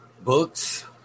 Books